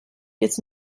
jetzt